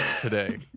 today